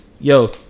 yo